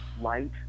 light